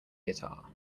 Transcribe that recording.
guitar